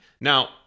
Now